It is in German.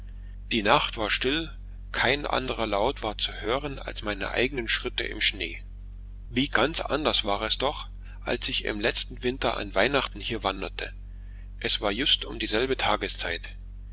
die nacht war still kein anderer laut war zu hören als meine eigenen schritte im schnee wie ganz anders war es doch als ich im letzten winter an weihnachten hier wanderte es war just um dieselbe tageszeit